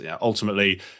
ultimately